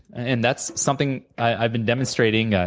and that's something i've been demonstrating,